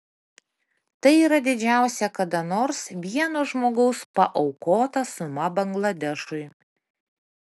tai yra didžiausia kada nors vieno žmogaus paaukota suma bangladešui